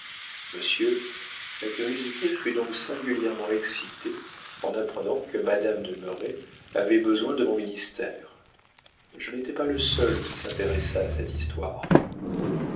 monsieur ma curiosité fut donc singulièrement excitée en apprenant que madame de merret avait besoin de mon ministère je n'étais pas le seul qui s'intéressât à cette histoire